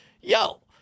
yo